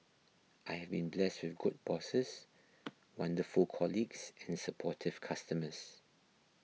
I have been blessed with good bosses wonderful colleagues and supportive customers